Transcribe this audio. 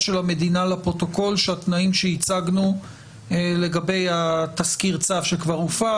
של המדינה לפרוטוקול שהתנאים שהצגנו לגבי תזכיר הצו שכבר הופץ